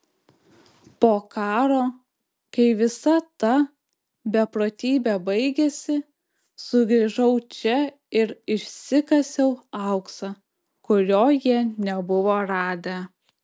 po karo kai visa ta beprotybė baigėsi sugrįžau čia ir išsikasiau auksą kurio jie nebuvo radę